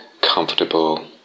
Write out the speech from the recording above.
comfortable